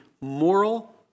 moral